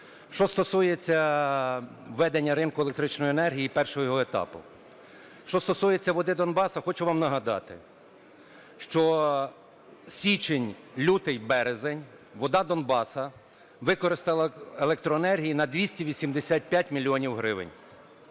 Що стосується введення ринку електричної енергії і першого його етапу. Що стосується "Води Донбасу", хочу вам нагадати, що січень, лютий, березень - "Вода Донбасу" використала електроенергії на 285 мільйонів